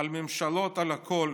על הממשלות, על הכול".